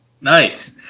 Nice